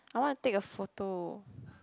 I wanna take a photo